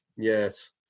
Yes